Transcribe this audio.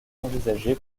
envisagé